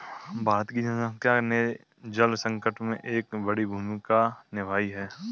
भारत की जनसंख्या ने जल संकट में एक बड़ी भूमिका निभाई है